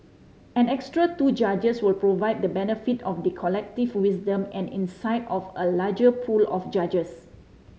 an extra two judges will provide the benefit of the collective wisdom and insight of a larger pool of judges